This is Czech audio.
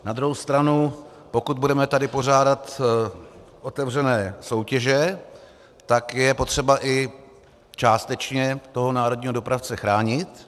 Na druhou stranu, pokud budeme tady pořádat otevřené soutěže, tak je potřeba i částečně toho národního dopravce chránit.